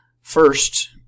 First